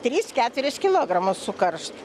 trys keturis kilogramus sukaršt